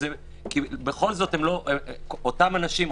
כי אותם אנשים,